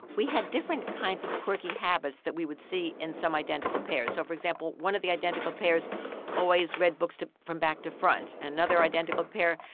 we had different kinds of quirky habits that we would see in some identical pairs. so, for example, one of the identical pairs always read books from back to front. in another identical pair,